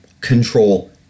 control